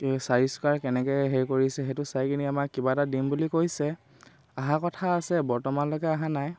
চাৰিসকাৰ কেনেকে হেৰি কৰিছে সেইটো চাই কিনি আমাৰ কিবা এটা দিম বুলি কৈছে অহা কথা আছে বৰ্তমানলৈকে অহা নাই